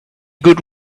good